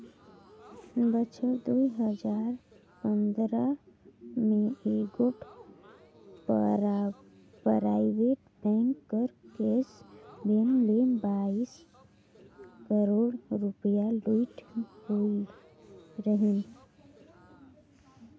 बछर दुई हजार पंदरा में एगोट पराइबेट बेंक कर कैस वैन ले बाइस करोड़ रूपिया लूइट होई रहिन